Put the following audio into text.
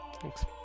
Thanks